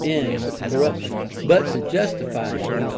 in corruption. but, to justify it,